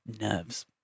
nerves